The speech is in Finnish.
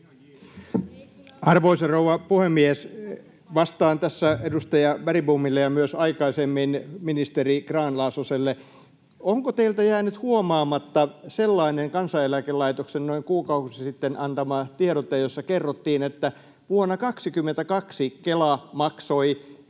Arvoisa rouva puhemies! Vastaan tässä edustaja Bergbomille ja myös aikaisemmin puhuneelle ministeri Grahn-Laasoselle. Onko teiltä jäänyt huomaamatta sellainen Kansaneläkelaitoksen noin kuukausi sitten antama tiedote, jossa kerrottiin, että vuonna 22 Kela maksoi